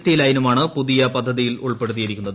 T ലൈനുമാണ് പുതിയ പദ്ധതിയിൽ ഉൾപ്പെടുത്തിയിരിക്കുന്നത്